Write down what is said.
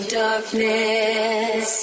darkness